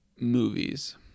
movies